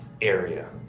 area